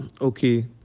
okay